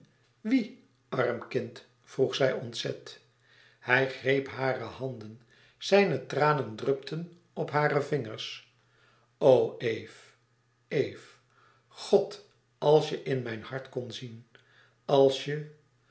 wie arm kind vroeg zij ontzet hij greep hare handen zijne tranen drupten op hare vingers o eve eve god als je in mijn hart kon zien als je